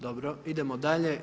Dobro, idemo dalje.